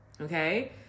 Okay